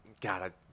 God